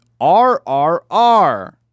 RRR